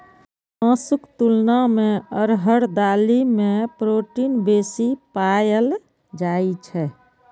मासुक तुलना मे अरहर दालि मे प्रोटीन बेसी पाएल जाइ छै